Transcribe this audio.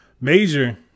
major